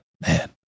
man